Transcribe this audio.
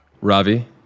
ravi